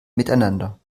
miteinander